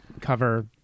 cover